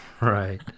Right